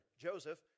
Joseph